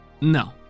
No